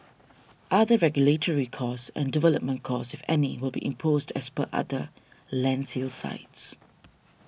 other regulatory costs and development costs any will be imposed as per other land sales sites